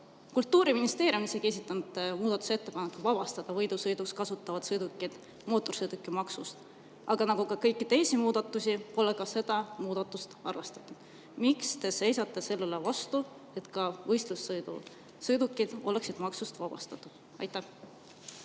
Kultuuriministeerium on isegi esitanud muudatusettepaneku vabastada võidusõiduks kasutatavad sõidukid mootorsõidukimaksust, aga nagu kõiki teisi muudatusi, pole ka seda muudatust arvestatud. Miks te seisate vastu sellele, et ka võistlussõidu sõidukid oleksid maksust vabastatud? Aitäh!